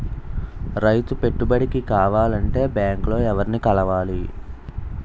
రైతు పెట్టుబడికి కావాలంటే బ్యాంక్ లో ఎవరిని కలవాలి?